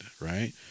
right